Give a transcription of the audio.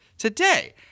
today